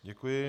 Děkuji.